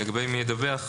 לגבי מי ידווח,